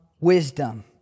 wisdom